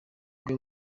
bwe